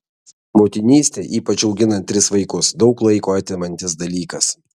motinystė ypač auginant tris vaikus daug laiko atimantis dalykas